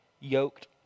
yoked